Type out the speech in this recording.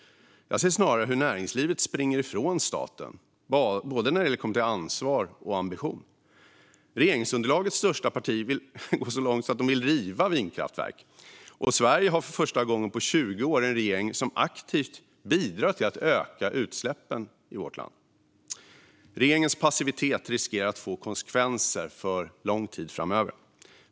Jag ser snarare hur näringslivet springer ifrån staten när det gäller både ansvar och ambition. Regeringsunderlagets största parti vill gå så långt som till att riva vindkraftverk, och Sverige har för första gången på 20 år en regering som aktivt bidrar till att öka utsläppen. Regeringens passivitet riskerar att få konsekvenser för lång tid framöver.